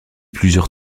plusieurs